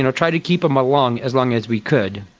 and try to keep them along as long as we could.